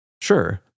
Sure